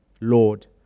Lord